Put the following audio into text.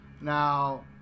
Now